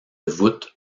voûtes